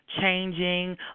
changing